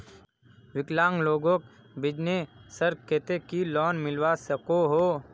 विकलांग लोगोक बिजनेसर केते की लोन मिलवा सकोहो?